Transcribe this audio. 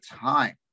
time